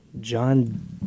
John